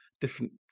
different